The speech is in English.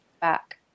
back